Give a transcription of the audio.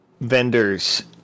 vendors